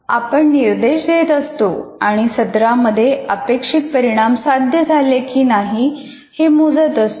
आपण निर्देश देत असतो आणि सत्रमध्ये अपेक्षित परिणाम साध्य झाले का नाही हे मोजत असतो